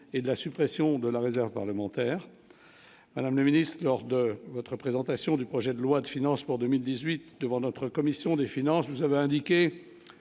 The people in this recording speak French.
et de la suppression de la réserve parlementaire, madame la ministre, lors de votre présentation du projet de loi de finances pour 2018 devant notre commission des finances, vous avez indiqué